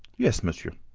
yes, monsieur.